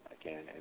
again